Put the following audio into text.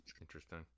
Interesting